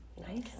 Nice